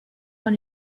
dans